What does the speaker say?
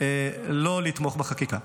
לא לתמוך בחקיקה.